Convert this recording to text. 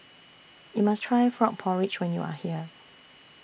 YOU must Try Frog Porridge when YOU Are here